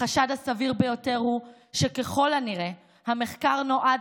החשד הסביר ביותר הוא שככל הנראה המחקר נועד